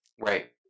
right